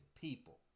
people